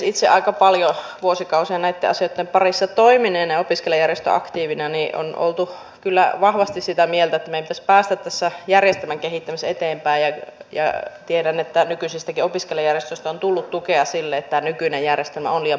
itse aika paljon vuosikausia näitten asioitten parissa toimineena ja opiskelijajärjestöaktiivina on oltu kyllä vahvasti sitä mieltä että meidän pitäisi päästä tässä järjestelmän kehittämisessä eteenpäin ja tiedän että nykyisistäkin opiskelijajärjestöistä on tullut tukea sille että tämä nykyinen järjestelmä on liian monimutkainen